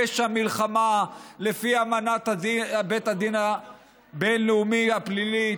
פשע מלחמה לפי אמנת בית הדין הבין-לאומי הפלילי,